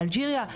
באלג'יריה,